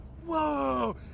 Whoa